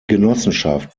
genossenschaft